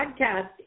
podcast